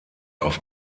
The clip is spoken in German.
auf